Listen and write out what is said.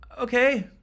okay